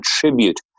contribute